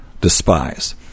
despise